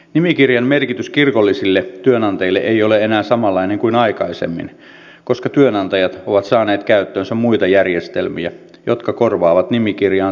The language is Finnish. nimikirjan merkitys kirkollisille työnantajille ei ole enää samanlainen kuin aikaisemmin koska työnantajat ovat saaneet käyttöönsä muita järjestelmiä jotka korvaavat nimikirjaan merkittävät tiedot